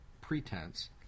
pretense